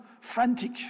frantic